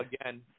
Again